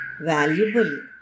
valuable